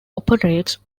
operates